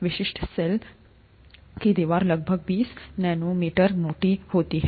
विशिष्ट सेल की दीवार लगभग बीस नैनोमीटर मोटी ठीक है